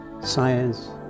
science